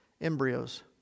embryos